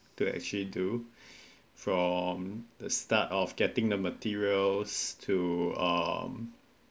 to actually do from the step of getting the materials to um